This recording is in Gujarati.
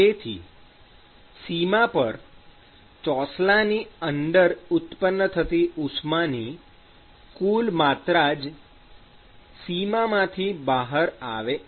તેથી સીમા પર ચોસલાની અંદર ઉત્પન્ન થતી ઉષ્માની કુલ માત્રા જ સીમામાંથી બહાર આવે છે